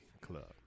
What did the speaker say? club